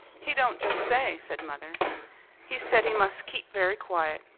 he don't just say, said mother he said he must keep very quiet.